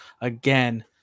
again